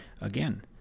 Again